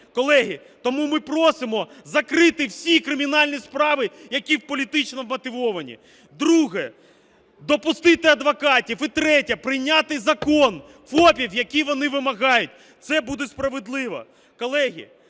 Колеги, тому ми просимо закрити всі кримінальні справи, які політично вмотивовані. Друге – допустити адвокатів, і третє – прийняти закон ФОПів, який вони вимагають, це буде справедливо.